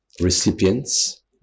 recipients